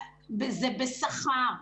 זה בשכר.